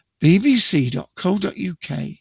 bbc.co.uk